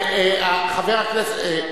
חבר הכנסת,